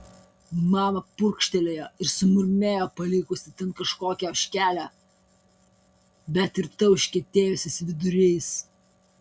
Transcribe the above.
mama purkštelėjo ir sumurmėjo palikusi ten kažkokią ožkelę bet ir tą užkietėjusiais viduriais